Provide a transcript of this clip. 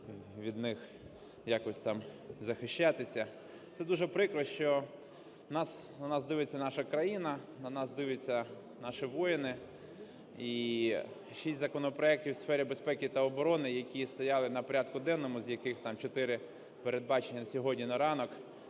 від них якось там захищатися. Це дуже прикро, що на нас дивиться наша країна, на нас дивляться наші воїни, і шість законопроектів в сфері безпеки та оборони, які стояли на порядку денному, з яких там чотири передбачені сьогодні на ранок,